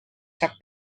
saab